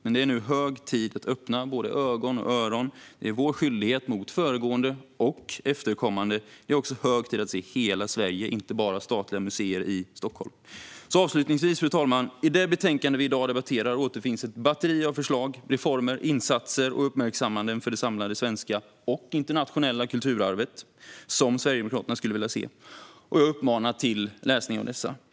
Det är nu hög tid att öppna ögon och öron - det är vår skyldighet mot föregående och efterkommande. Det är också hög tid att se hela Sverige, inte bara statliga museer i Stockholm. Avslutningsvis, fru talman: I det betänkande vi i dag debatterar återfinns ett batteri av förslag, reformer, insatser och uppmärksammanden för det samlade svenska och internationella kulturarvet som Sverigedemokraterna skulle vilja se, och jag uppmanar till läsning av dessa.